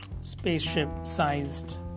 spaceship-sized